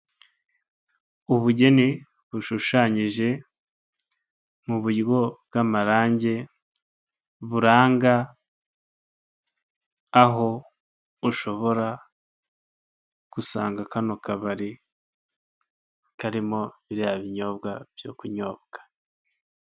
Ubugeni bushushanyije mu buryo bw'amarange, buranga aho ushobora gusanga kano kabari karimo biriya binyobwa byo kunyobwa.